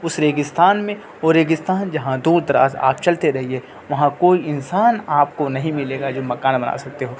اس ریگستان میں وہ ریگستان جہاں دور دراز آپ چلتے رہیے وہاں کوئی انسان آپ کو نہیں ملے گا جو مکان بنا سکتے ہو